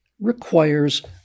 requires